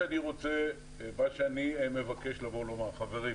אני מבקש לומר שיש